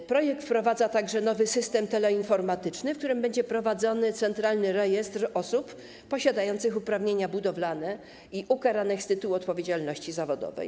W projekcie wprowadza się także nowy system teleinformatyczny, w którym będzie prowadzony centralny rejestr osób posiadających uprawnienia budowlane i ukaranych z tytułu odpowiedzialności zawodowej.